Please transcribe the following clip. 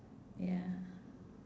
ya